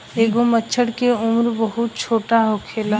एगो मछर के उम्र बहुत छोट होखेला